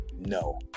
No